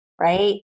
right